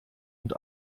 und